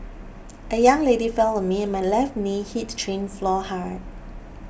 a young lady fell on me and my left knee hit train floor hard